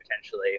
potentially